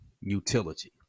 utility